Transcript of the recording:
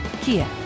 Kia